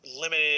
limited